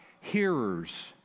hearers